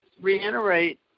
reiterate